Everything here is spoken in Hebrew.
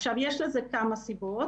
עכשיו, יש לזה כמה סיבות.